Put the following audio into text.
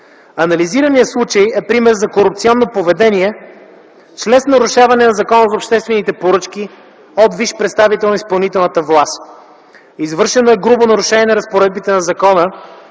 Анализираният случай е пример за корупционно поведение чрез нарушаване на Закона за обществените поръчки от висш представител на изпълнителната власт. Извършено е грубо нарушение на разпоредбите на закона,